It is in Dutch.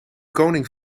koning